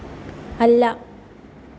അല്ല